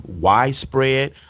widespread